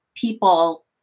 people